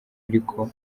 ariko